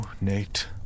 Nate